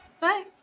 bye